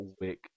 Wick